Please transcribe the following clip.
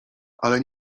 ale